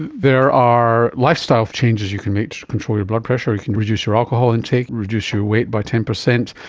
there are lifestyle changes you can make to control your blood pressure, you can reduce your alcohol intake, reduce your weight by ten percent,